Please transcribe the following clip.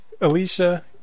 Alicia